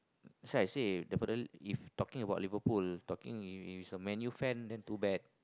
so I say definitely if talking about Liverpool talking is is a Man-U fans then too bad